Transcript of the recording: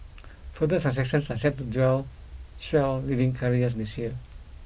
further are set to swell leading carriers this year